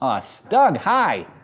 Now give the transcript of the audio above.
us. doug, hi!